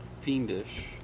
fiendish